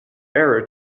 error